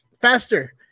faster